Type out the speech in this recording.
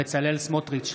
בצלאל סמוטריץ'